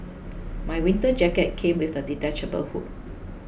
my winter jacket came with a detachable hood